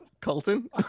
Colton